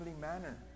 manner